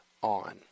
On